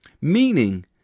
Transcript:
Meaning